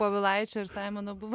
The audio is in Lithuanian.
povilaičio ir saimano buvo